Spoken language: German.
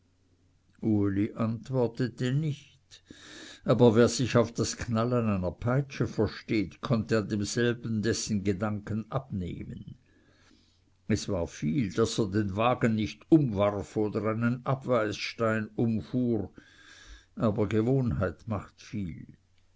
antwortete nicht aber wer sich auf das knallen einer peitsche versteht konnte an demselben dessen gedanken abnehmen es war viel daß er den wagen nicht umwarf oder keinen abweisstein umfuhr aber gewohnheit macht viel